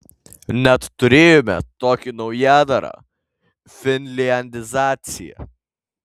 net turėjome tokį naujadarą finliandizacija